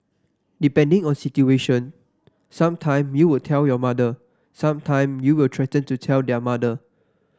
depending on situation some time you would tell your mother some time you will threaten to tell their mother